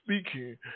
speaking